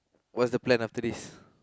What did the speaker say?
what's the plan after this